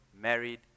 married